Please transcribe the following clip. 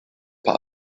part